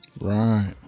Right